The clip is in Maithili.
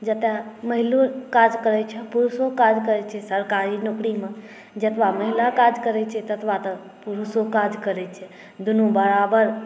जतय महिलो काज करैत छै पुरुषो काज करैत छै सरकारी नौकरीमे जतबा महिला काज करैत छै ततबा तऽ पुरुषो काज करैत छै दुनू बराबर